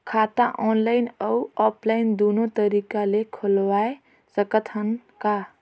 खाता ऑनलाइन अउ ऑफलाइन दुनो तरीका ले खोलवाय सकत हन का?